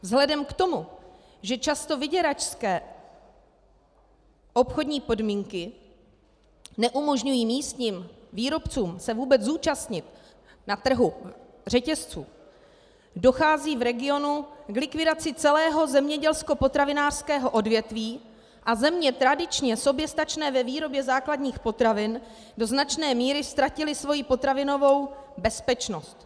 Vzhledem k tomu, že často vyděračské obchodní podmínky neumožňují místním výrobcům se vůbec zúčastnit na trhu řetězců, dochází v regionu k likvidaci celého zemědělskopotravinářského odvětví a země tradičně soběstačné ve výrobě základních potravin do značné míry ztratily svoji potravinovou bezpečnost.